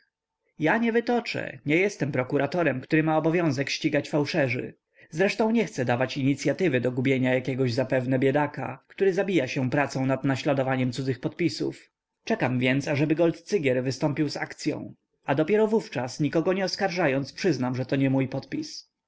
ja nie wytoczę nie jestem prokuratorem który ma obowiązek ścigać fałszerzy zresztą nie chcę dawać inicyatywy do gubienia jakiegoś zapewne biedaka który zabija się pracą nad naśladowaniem cudzych podpisów czekam więc ażeby goldcygier wystąpił z akcyą a dopiero wówczas nikogo nie oskarżając przyznam że to nie mój podpis